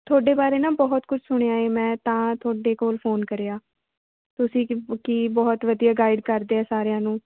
ਤੁਹਾਡੇ ਬਾਰੇ ਨਾ ਬਹੁਤ ਕੁਛ ਸੁਣਿਆ ਹੈ ਮੈਂ ਤਾਂ ਤੁਹਾਡੇ ਕੋਲ ਫ਼ੋਨ ਕਰਿਆ ਤੁਸੀਂ ਕੀ ਬਹੁਤ ਵਧੀਆ ਗਾਈਡ ਕਰਦੇ ਹੋ ਸਾਰਿਆਂ ਨੂੰ